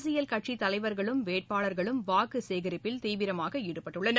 அரசியல் கட்சித் தலைவர்களும் வேட்பாளர்களும் வாக்கு சேகரிப்பில் தீவிரமாக ஈடுபட்டுள்ளனர்